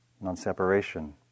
non-separation